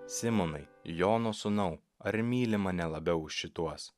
simonai jono sūnau ar myli mane labiau už šituos